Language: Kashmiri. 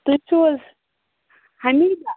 تُہۍ چھُو حظ حمیٖداہ